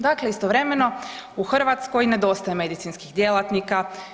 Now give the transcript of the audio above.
Dakle istovremeno u Hrvatskoj nedostaje medicinskih djelatnika.